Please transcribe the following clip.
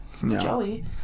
Joey